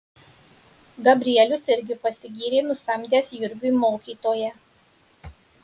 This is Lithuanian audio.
gabrielius irgi pasigyrė nusamdęs jurgiui mokytoją